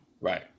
Right